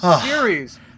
series